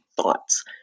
Thoughts